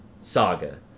saga